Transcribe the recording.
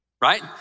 right